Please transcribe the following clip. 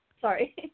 Sorry